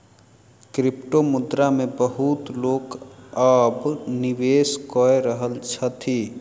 क्रिप्टोमुद्रा मे बहुत लोक अब निवेश कय रहल अछि